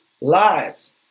lives